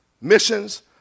Missions